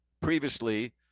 previously